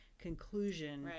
conclusion